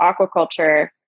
aquaculture